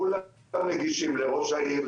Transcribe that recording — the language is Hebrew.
כולם נגישים ראש העיר,